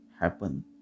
happen